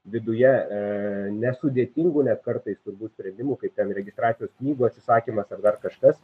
viduje nesudėtingų net kartais turbūt sprendimų kaip ten registracijos knygų atsisakymas ar dar kažkas